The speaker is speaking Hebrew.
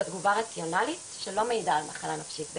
זאת תגובה רציונלית, שלא מעידה על מחלה נפשית.